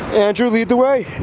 andrew, lead the way.